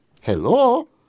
Hello